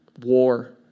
war